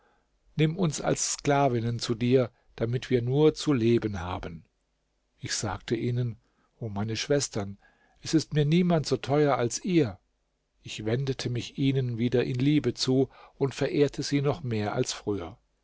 nimm uns als sklavinnen zu dir damit wir nur zu leben haben ich sagte ihnen o meine schwestern es ist mir niemand so teuer als ihr ich wendete mich ihnen wieder in liebe zu und verehrte sie noch mehr als früher